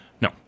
No